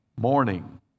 Morning